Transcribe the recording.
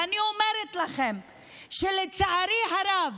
ואני אומרת לכם שלצערי הרב,